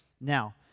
Now